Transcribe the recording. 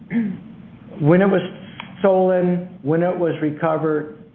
when it was stolen, when it was recovered,